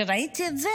כשראיתי את זה,